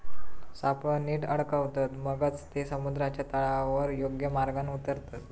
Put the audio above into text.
सापळो नीट अडकवतत, मगच ते समुद्राच्या तळावर योग्य मार्गान उतारतत